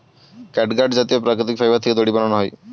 catgut জাতীয় প্রাকৃতিক fibre থেকে দড়ি বানানো হয়